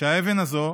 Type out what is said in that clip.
שהאבן הזו